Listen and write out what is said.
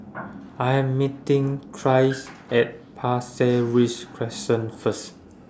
I Am meeting Tyrek At Pasir Ris Crest First